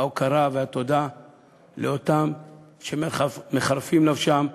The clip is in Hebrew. ההוקרה והתודה לאלה שמחרפים נפשם,